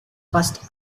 first